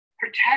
protect